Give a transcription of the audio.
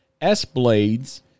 S-Blades